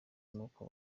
n’uko